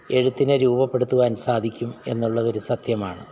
എഴുത്തിനെ രൂപപ്പെടുത്തുവാൻ സാധിക്കും എന്നുള്ളതൊരു സത്യമാണ്